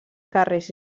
carrers